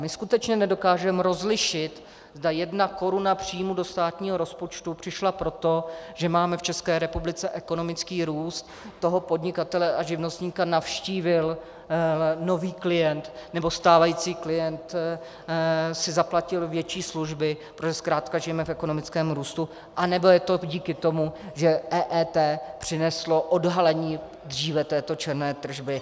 My skutečně nedokážeme rozlišit, zda jedna koruna příjmu do státního rozpočtu přišla proto, že máme v České republice ekonomický růst, toho podnikatele a živnostníka navštívil nový klient, nebo stávající klient si zaplatil větší služby, protože zkrátka žijeme v ekonomickém růstu anebo je to díky tomu, že EET přineslo odhalení dříve této černé tržby.